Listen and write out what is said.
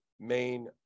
main